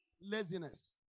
laziness